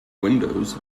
windows